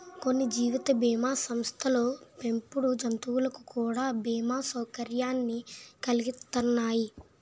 కొన్ని జీవిత బీమా సంస్థలు పెంపుడు జంతువులకు కూడా బీమా సౌకర్యాన్ని కలిగిత్తన్నాయి